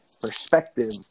perspective